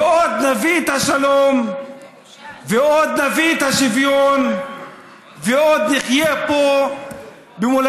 ועוד נביא את השלום ועוד נביא את השוויון ועוד נחיה פה במולדתנו,